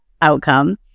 outcome